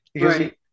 Right